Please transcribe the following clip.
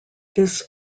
this